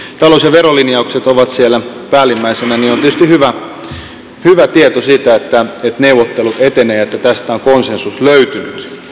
talous ja verolinjaukset ovat siellä päällimmäisinä niin hyvä on tietysti tieto siitä että neuvottelut etenevät ja että tästä on konsensus löytynyt